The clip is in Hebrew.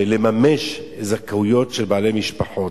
לממש זכאויות של בעלי משפחות.